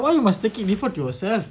why you must take it refer to yourself